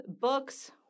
books